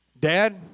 Dad